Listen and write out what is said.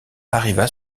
arriva